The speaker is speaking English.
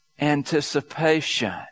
anticipation